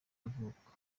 ivuko